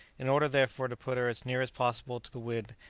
in order, therefore, to put her as near as possible to the wind,